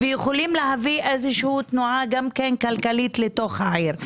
ויכולים להביא לאיזושהי תנועה כלכלית לתוך העיר.